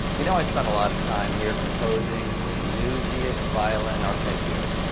you know i spend a lot of time here composing the newsiest violin arpeggios,